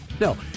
no